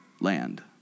land